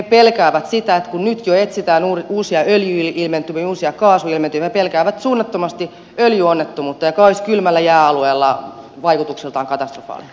kun nyt jo etsitään uusia öljyilmentymiä uusia kaasuilmentymiä he pelkäävät suunnattomasti öljyonnettomuutta joka olisi kylmällä jääalueella vaikutuksiltaan katastrofaalinen